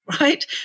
right